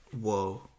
Whoa